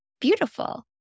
beautiful